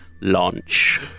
launch